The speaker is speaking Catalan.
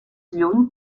lluny